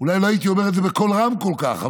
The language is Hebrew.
אולי לא הייתי אומר את זה בקול רם כל כך,